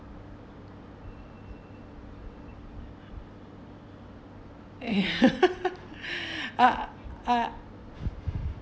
uh uh